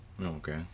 Okay